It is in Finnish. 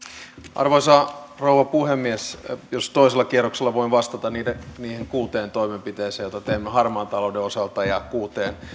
arvoisa rouva puhemies jos toisella kierroksella voin vastata niihin kuuteen toimenpiteeseen joita teimme harmaan talouden osalta ja kuuteen